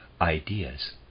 ideas